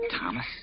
Thomas